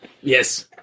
Yes